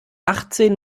achtzehn